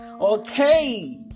Okay